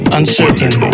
uncertain